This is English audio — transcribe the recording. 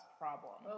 problem